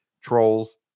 Trolls